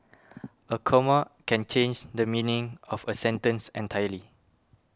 a comma can change the meaning of a sentence entirely